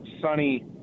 sunny